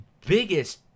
biggest